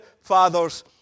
father's